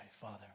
Father